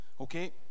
okay